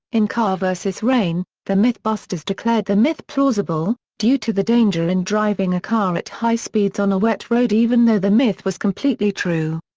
in car vs. rain, the mythbusters declared the myth plausible, due to the danger in driving a car at high speeds on a wet road even though the myth was completely true.